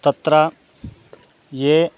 तत्र ये